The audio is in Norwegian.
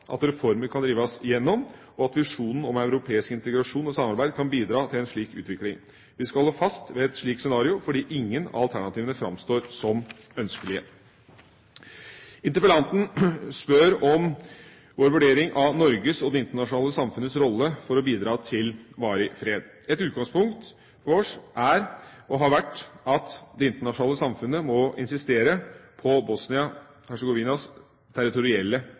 at reformer kan drives gjennom, og at visjonen om europeisk integrasjon og samarbeid kan bidra til en slik utvikling. Vi skal holde fast ved et slikt scenario, fordi ingen av alternativene framstår som ønskelige. Interpellanten spør om vår vurdering av Norges og det internasjonale samfunnets rolle for å bidra til varig fred. Et utgangspunkt for oss er og har vært at det internasjonale samfunnet må insistere på Bosnia-Hercegovinas territorielle